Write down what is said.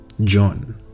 John